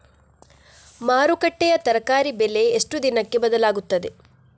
ಮಾರುಕಟ್ಟೆಯ ತರಕಾರಿ ಬೆಲೆ ಎಷ್ಟು ದಿನಕ್ಕೆ ಬದಲಾಗುತ್ತದೆ?